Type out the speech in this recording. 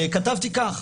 כתבתי כך,